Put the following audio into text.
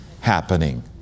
happening